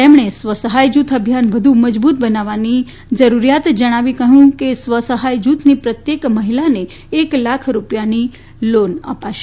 તેમણે સ્વસહાય જૂથ અભિયાન વધુ મજબૂત બનવવાની જરૂરિયાત જણાવી કહ્યું કે સ્વ સહાય જૂથની પ્રત્યેક મહિલાને એક લાખ રૂપિયાની લોન અપાશે